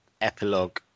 epilogue